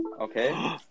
Okay